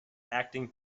acting